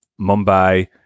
Mumbai